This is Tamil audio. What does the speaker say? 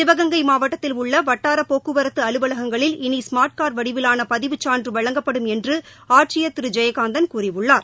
சிவகங்கை மாவட்டத்தில் உள்ள வட்டாரப் போக்குவரத்து அலுவலகங்களில் இனி ஸ்மார்ட் கார்ட் வடிவிலான பதிவுச் சான்று வழங்கப்படும் என்று ஆட்சியர் திரு ஜெயகாந்தன் கூறியுள்ளார்